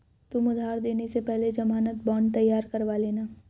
तुम उधार देने से पहले ज़मानत बॉन्ड तैयार करवा लेना